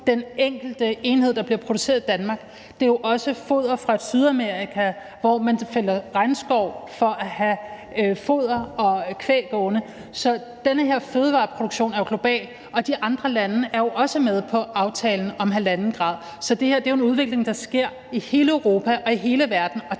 den enkelte enhed, der bliver produceret i Danmark. Det er jo også foder fra Sydamerika, hvor man fælder regnskov for at kunne dyrke foder og have kvæg gående. Så den her fødevareproduktion er jo global. Og de andre lande er jo også med på aftalen om halvanden grad, så det her er jo en udvikling, der sker i hele Europa og i hele verden,